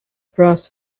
brass